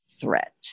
threat